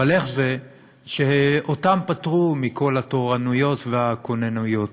אבל איך זה שאותם פטרו מכל התורנויות והכוננויות?